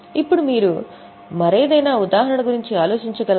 ఇప్పుడు మీరు మరేదైనా ఉదాహరణ గురించి ఆలోచించగలరా